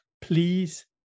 please